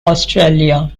australia